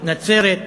נצרת,